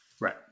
Right